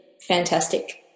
fantastic